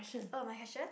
oh my question